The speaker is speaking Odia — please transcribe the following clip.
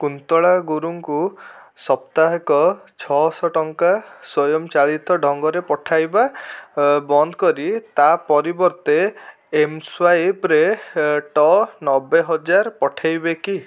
କୁନ୍ତଳା ଗୁରୁଙ୍କୁ ସପ୍ତାହିକ ଛଅଶହ ଟଙ୍କା ସ୍ୱୟଂ ଚାଳିତ ଢ଼ଙ୍ଗରେ ପଠାଇବା ବନ୍ଦ କରି ତା ପରିବର୍ତ୍ତେ ଏମ୍ସ୍ୱାଇପ୍ରେ ଏ ଟ ନବେହଜାର ପଠାଇବେ କି